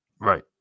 right